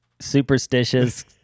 superstitious